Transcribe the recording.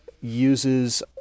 uses